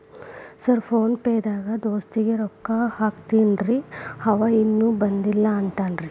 Sir PhonePe ದಾಗ ದೋಸ್ತ್ ಗೆ ರೊಕ್ಕಾ ಹಾಕೇನ್ರಿ ಅಂವ ಇನ್ನು ಬಂದಿಲ್ಲಾ ಅಂತಾನ್ರೇ?